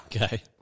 Okay